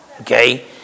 Okay